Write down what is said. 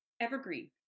evergreen